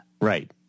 Right